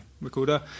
recorder